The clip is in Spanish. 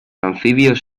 anfibios